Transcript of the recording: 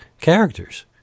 characters